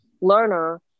learner